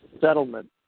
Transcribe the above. settlement